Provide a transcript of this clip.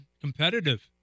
Competitive